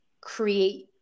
create